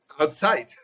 outside